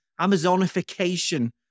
Amazonification